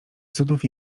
cudów